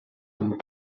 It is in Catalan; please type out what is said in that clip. amb